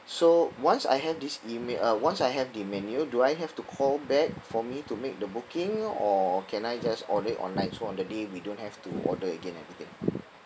so once I have this email uh once I have the menu do I have to call back for me to make the booking or can I just order it online so on the day we don't have to order again everything